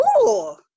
Cool